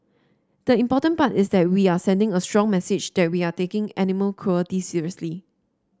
the important part is that we are sending a strong message that we are taking animal cruelty seriously